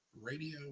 radio